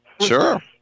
Sure